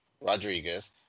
Rodriguez